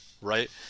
right